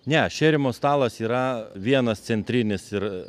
ne šėrimo stalas yra vienas centrinis ir